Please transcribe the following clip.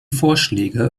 vorschläge